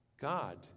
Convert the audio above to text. God